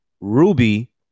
ruby